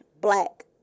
black